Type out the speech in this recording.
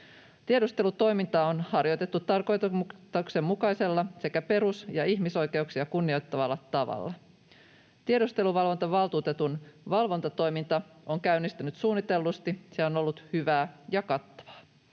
Tiedustelutoimintaa on harjoitettu tarkoituksenmukaisella sekä perus- ja ihmisoikeuksia kunnioittavalla tavalla. Tiedusteluvalvontavaltuutetun valvontatoiminta on käynnistynyt suunnitellusti. Se on ollut hyvää ja kattavaa.